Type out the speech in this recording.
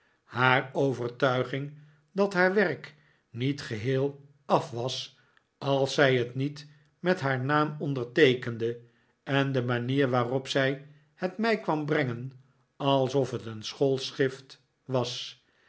haar overtuiging dat haar werk niet geheel af was als zij het niet met haar naam onderteekende en de manier waarop zij het mij kwam brengen alsof het een schoolschrift was